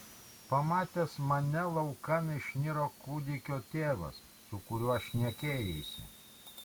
pamatęs mane laukan išniro kūdikio tėvas su kuriuo šnekėjaisi